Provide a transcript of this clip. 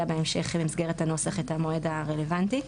בהמשך במסגרת הנוסח את המועד הרלוונטי.